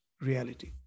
reality